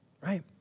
right